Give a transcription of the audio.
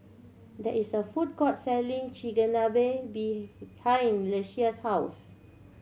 there is a food court selling Chigenabe behind Ieshia's house